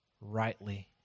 rightly